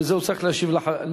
בשביל זה הוא צריך להשיב לדוברים.